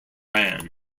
iran